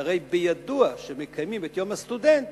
שהרי בידוע שכשמקיימים את יום הסטודנט